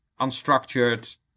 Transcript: unstructured